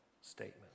statement